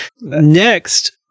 Next